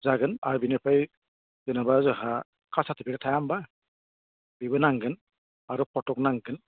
जागोन आरो बेनिफ्राय जेनेबा जोंहा कास्ट सार्टिफिकेट थाया होनबा बेबो नांगोन आरो फट' नांगोन